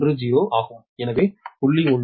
10 ஆகும் எனவே 0